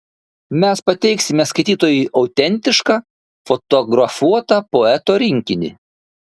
mes pateiksime skaitytojui autentišką fotografuotą poeto rinkinį